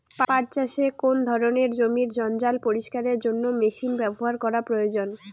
পাট চাষে কোন ধরনের জমির জঞ্জাল পরিষ্কারের জন্য মেশিন ব্যবহার করা প্রয়োজন?